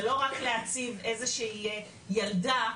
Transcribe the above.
זה לא רק להציב איזושהי ילדה,